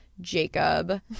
Jacob